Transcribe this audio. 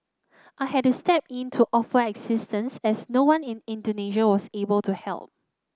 I had to step in to offer assistance as no one in Indonesia was able to help